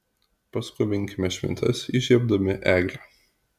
paskubinkime šventes įžiebdami eglę